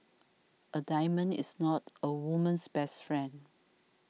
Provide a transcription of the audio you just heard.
a diamond is not a woman's best friend